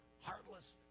heartless